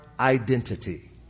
identity